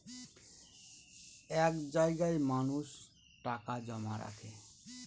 এক জায়গায় মানুষ টাকা জমা রাখে